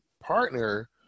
partner